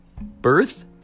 Birth